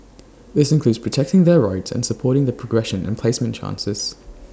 this includes protecting their rights and supporting their progression and placement chances